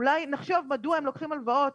אולי נחשוב מדוע הם לוקחים הלוואות,